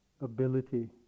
ability